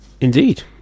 Indeed